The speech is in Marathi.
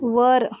वर